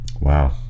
Wow